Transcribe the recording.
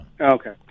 Okay